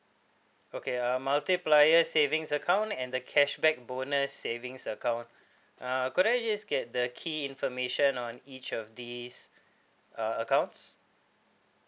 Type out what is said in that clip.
okay uh multiplier savings account and the cashback bonus savings account uh could I just get the key information on each of these uh accounts